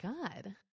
God